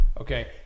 okay